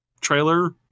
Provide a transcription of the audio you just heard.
trailer